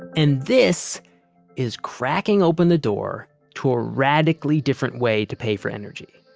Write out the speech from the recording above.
and this is cracking open the door to a radically different way to pay for energy.